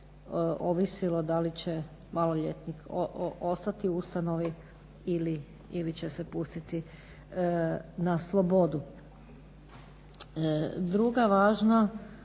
ovisilo da li će maloljetnik ostati u ustanovi ili će se pustiti na slobodu. Druga važna